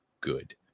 good